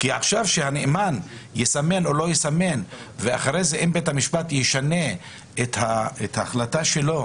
והביטוח הלאומי אחרי זה הוא בודק את תביעות החוב.